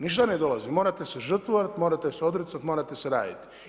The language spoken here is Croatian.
Ništa ne dolazi, morate se žrtvovati, morate se odricati morate radit.